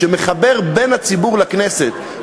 שמחבר בין הציבור לכנסת,